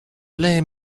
play